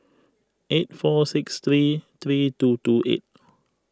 eight four six three three two two eight